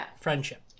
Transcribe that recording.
friendship